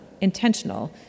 intentional